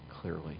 clearly